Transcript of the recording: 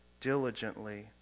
diligently